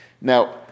Now